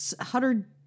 Hutter